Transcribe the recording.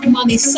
money